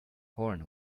horn